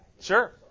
Sure